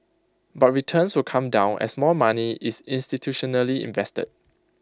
but returns will come down as more money is institutionally invested